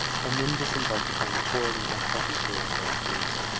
and then disembarked upon the torrid and unhealthy shore of vera-cruz.